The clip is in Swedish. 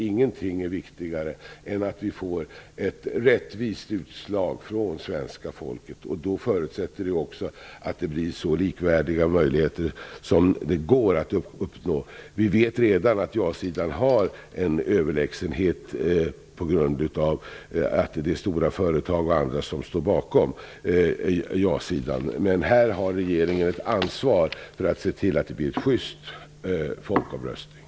Ingenting är viktigare än ett rättvist utslag från svenska folket. Det förutsätter att det blir så likvärdiga möjligheter som det går att uppnå. Vi vet redan att ja-sidan har en överlägsenhet på grund av att stora företag m.m. står bakom ja-sidan. Här har regeringen ett ansvar för att det blir en schyst folkomröstning.